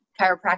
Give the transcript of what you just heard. chiropractic